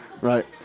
right